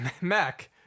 Mac